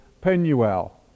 Penuel